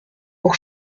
pour